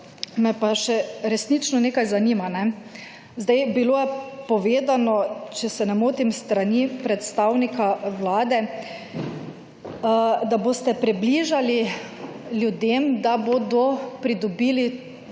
me pa še resnično nekaj zanima. Bilo je povedano, če se ne motim, s strani predstavnika Vlade, da boste približali ljudem, da bomo pridobili